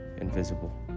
invisible